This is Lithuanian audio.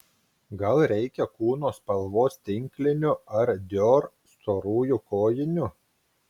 gal reikia kūno spalvos tinklinių ar dior storųjų kojinių